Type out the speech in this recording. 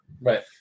Right